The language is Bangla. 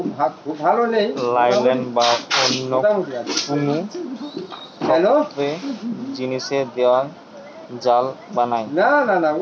নাইলন বা অন্য কুনু শক্ত জিনিস দিয়ে জাল বানায়